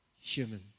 human